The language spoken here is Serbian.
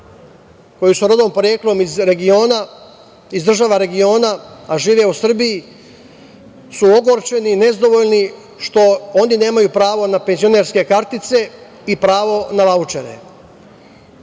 koji su rodom i poreklom iz država regiona a žive u Srbiji su ogorčeni, nezadovoljni što oni nemaju pravo na penzionerske kartice i pravo na vaučere.